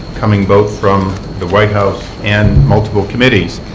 coming both from the white house and multiple committees,